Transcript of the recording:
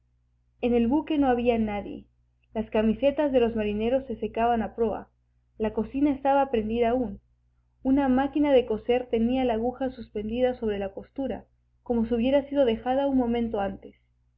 en el buque no había nadie las camisetas de los marineros se secaban a proa la cocina estaba prendida aún una máquina de coser tenía la aguja suspendida sobre la costura como si hubiera sido dejada un momento antes